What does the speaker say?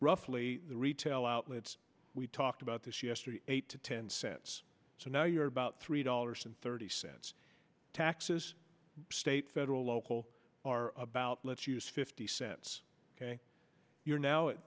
roughly the retail outlets we talked about this yesterday eight to ten cents so now you're about three dollars and thirty cents taxes state federal local are about let's use fifty cents ok you're now it